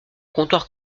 comptoir